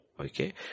okay